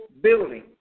building